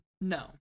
No